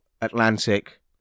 Atlantic